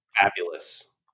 Fabulous